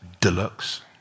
Deluxe